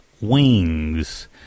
Wings